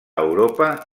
europa